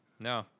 No